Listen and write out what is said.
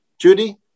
Judy